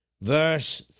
verse